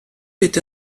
est